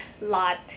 lot